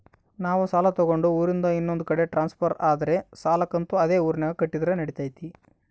ನಾವು ಸಾಲ ತಗೊಂಡು ಊರಿಂದ ಇನ್ನೊಂದು ಕಡೆ ಟ್ರಾನ್ಸ್ಫರ್ ಆದರೆ ಸಾಲ ಕಂತು ಅದೇ ಊರಿನಾಗ ಕಟ್ಟಿದ್ರ ನಡಿತೈತಿ?